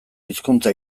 hizkuntza